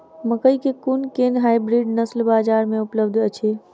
मकई केँ कुन केँ हाइब्रिड नस्ल बजार मे उपलब्ध अछि?